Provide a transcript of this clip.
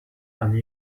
and